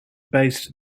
based